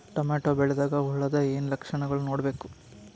Tomato ಬೆಳಿದಾಗ್ ಹುಳದ ಏನ್ ಲಕ್ಷಣಗಳು ನೋಡ್ಬೇಕು?